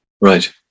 Right